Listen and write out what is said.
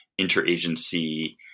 interagency